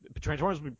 Transformers